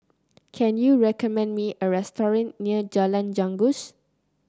can you recommend me a restaurant near Jalan Janggus